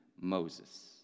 Moses